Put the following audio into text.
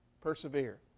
persevere